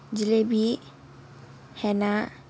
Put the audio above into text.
jalebi henna